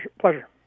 pleasure